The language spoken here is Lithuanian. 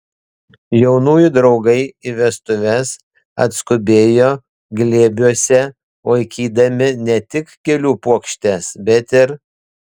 jaunųjų draugai į vestuves atskubėjo glėbiuose laikydami ne tik gėlių puokštes bet ir